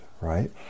right